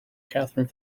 katherine